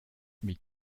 wie